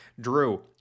Drew